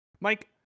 Mike